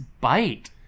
bite